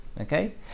Okay